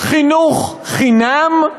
חינוך חינם,